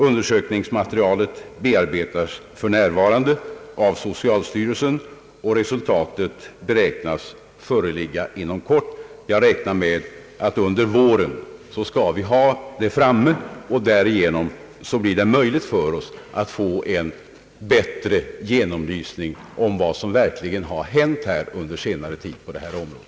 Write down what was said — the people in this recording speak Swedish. Undersökningsmaterialet bearbetas för närvarande av socialstyrelsen, och resultatet beräknas föreligga inom kort. Jag räknar med att resultatet skall bli klart under våren, och därigenom blir det möjligt att få en bättre belysning av vad som verkligen har hänt under senare tid på det här området.